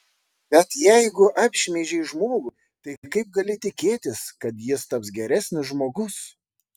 bet jeigu apšmeižei žmogų tai kaip gali tikėtis kad jis taps geresnis žmogus